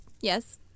yes